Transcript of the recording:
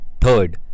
Third